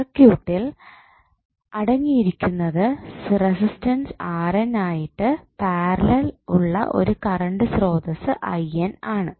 സർക്യൂട്ടിൽ അടങ്ങിയിരിക്കുന്നത് റെസിസ്റ്റർ ആയിട്ട് പാരലലിൽ ഉള്ള ഒരു കറണ്ട് സ്രോതസ്സ് ആണ്